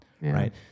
right